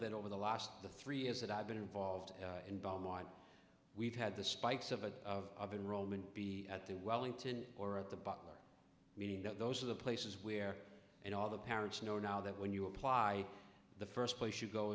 that over the last three years that i've been involved in beaumont we've had the spikes of a of the roman be at the wellington or at the butler meeting those are the places where in all the parents know now that when you apply the first place you go